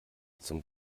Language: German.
zum